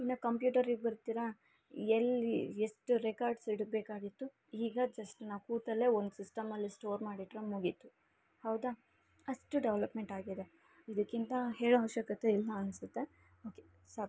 ಇನ್ನು ಕಂಪ್ಯೂಟರಿಗೆ ಬರ್ತಿರಾ ಎಲ್ಲಿ ಎಷ್ಟು ರೆಕಾರ್ಡ್ಸ್ ಇಡಬೇಕಾಗಿತ್ತು ಈಗ ಜಸ್ಟ್ ನಾವು ಕೂತಲ್ಲೇ ಒಂದು ಸಿಸ್ಟಮಲ್ಲಿ ಸ್ಟೋರ್ ಮಾಡಿಟ್ಟರೆ ಮುಗೀತು ಹೌದಾ ಅಷ್ಟು ಡೆವ್ಲಪ್ಮೆಂಟ್ ಆಗಿದೆ ಇದಕ್ಕಿಂತ ಹೇಳೋ ಅವಶ್ಯಕತೆ ಇಲ್ಲ ಅನಿಸುತ್ತೆ ಓಕೆ ಸಾಕು